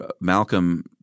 Malcolm